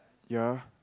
ya